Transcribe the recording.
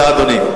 בבקשה, אדוני.